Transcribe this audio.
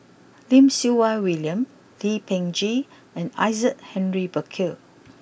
Lim Siew Wai William Lee Peh Gee and Isaac Henry Burkill